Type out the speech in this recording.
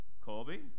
Colby